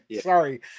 Sorry